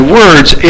words